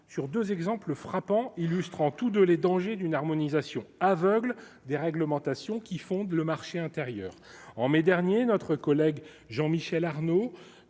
sur 2 exemples frappants, illustrant tous de les dangers d'une harmonisation aveugle des réglementations qui fonde le marché intérieur en mai dernier notre collègue Jean Michel Arnaud,